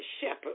shepherd